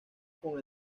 con